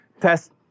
test